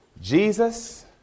Jesus